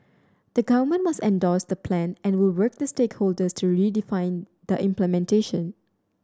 the Government must endorsed the plan and will work with stakeholders to redefine the implementation